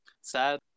sad